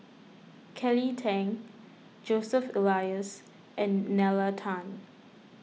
Kelly Tang Joseph Elias and Nalla Tan